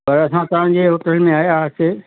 कल्ह असां तव्हांजे होटल में आया हुआसीं